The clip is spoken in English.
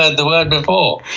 ah and the word before.